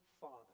father